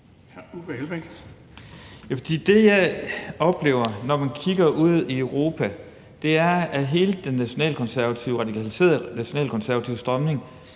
Det, jeg oplever, når jeg kigger ud i Europa, er, at hele den radikaliserede nationalkonservative strømning